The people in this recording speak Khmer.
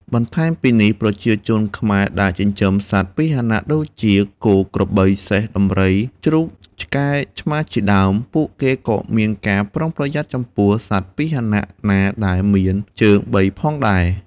បន្ថែមពីនេះ ប្រជាជនខ្មែរដែលចិញ្ចឹមសត្វពាហនៈដូចជា គោ ក្របី សេះ ដំរី ជ្រូក ឆ្កែ ឆ្មា ជាដើម ពួកគេក៏មានការប្រុងប្រយ័ត្នចំពោះសត្វពាហនៈណាដែលមានជើងបីផងដែរ។